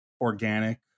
organic